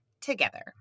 together